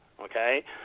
Okay